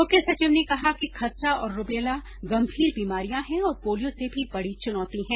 मुख्य सचिव ने कहा कि खसरा और रुबेला गंभीर बीमारियां हैं और पोलियो से भी बड़ी चुनौती हैं